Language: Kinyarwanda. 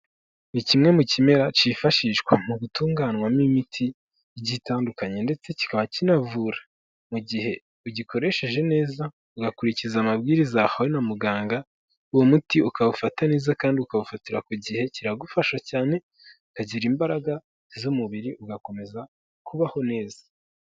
Ni kimwe mu kimera cyifashishwa mu gutunganywamo imiti, igiye itandukanye, ndetse kikaba kinavura, mu gihe ugikoresheje neza, ugakurikiza amabwiriza wahawe na muganga, uwo muti ukawufata neza kandi ukawufatira ku gihe, kiragufasha cyane ukagira imbaraga z'umubiri ugakomeza kubaho neza.